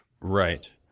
Right